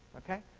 ok?